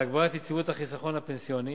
להגברת יציבות החיסכון הפנסיוני